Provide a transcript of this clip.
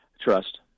Trust